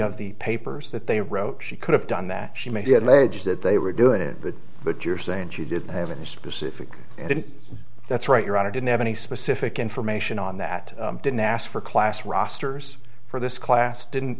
of the papers that they wrote she could have done that she may get ledge that they were doing it but you're saying she didn't have any specific that's right your honor didn't have any specific information on that didn't ask for class rosters for this class didn't